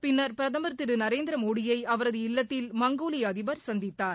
பின்னர் பிரதமர் திரு நரேந்திரமோடியை அவரது இல்லத்தில் மங்கோலிய அதிபர் சந்தித்தார்